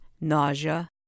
nausea